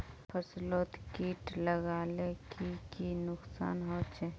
फसलोत किट लगाले की की नुकसान होचए?